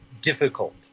Difficult